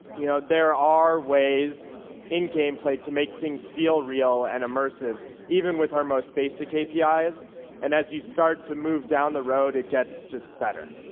you know, there are ways in game play to make things feel real and immersive even with our most basic api, and as you start to move down the road, it gets just better.